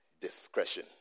discretion